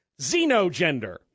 xenogender